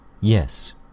Yes